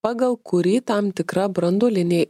pagal kurį tam tikra branduolinė